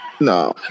No